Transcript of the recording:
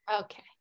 okay